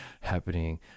happening